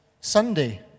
Sunday